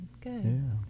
good